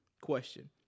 question